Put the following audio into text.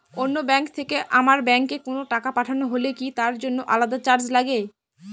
অন্য ব্যাংক থেকে আমার ব্যাংকে কোনো টাকা পাঠানো হলে কি তার জন্য আলাদা চার্জ লাগে?